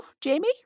Jamie